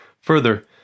Further